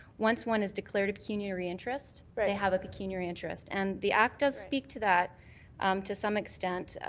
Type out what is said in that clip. once one is declared a pecuniary interest, they have a pecuniary interest and the act does speak to that to some extent.